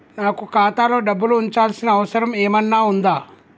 నాకు ఖాతాలో డబ్బులు ఉంచాల్సిన అవసరం ఏమన్నా ఉందా?